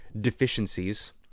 deficiencies